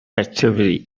activity